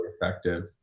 effective